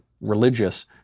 religious